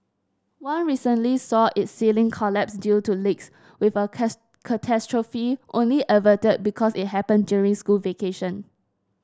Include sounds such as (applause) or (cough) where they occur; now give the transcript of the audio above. one recently saw its ceiling collapse due to leaks with a (unintelligible) catastrophe only averted because it happened during school vacation